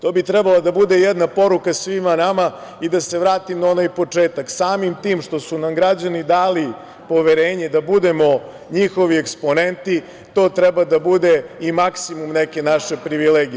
To bi trebala da bude jedna poruka svima nama i da se vratim na onaj početak, samim tim što su nam građani dali poverenje da budemo njihovi eksponenti, to treba da bude i maksimum neke naše privilegije.